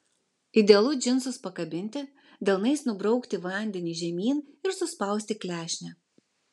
idealu džinsus pakabinti delnais nubraukti vandenį žemyn ir suspausti klešnę